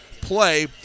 play